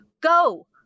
go